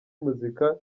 muzika